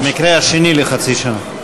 במקרה השני, לחצי שנה.